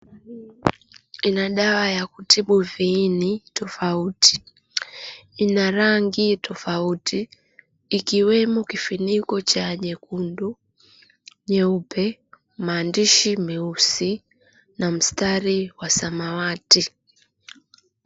Kuna dawa ya kutibu viini tofauti. Ina rangi tofauti, ikiwemo kifiniko cha nyekundu, nyeupe, maandishi meusi na mstari wa samawati.